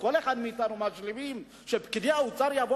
וכל אחד מאתנו משלים עם זה שפקידי האוצר יגידו